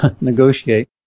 negotiate